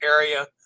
area